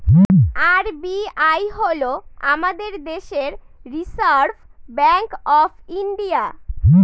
RBI হল আমাদের দেশের রিসার্ভ ব্যাঙ্ক অফ ইন্ডিয়া